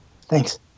Thanks